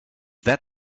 that